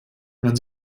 man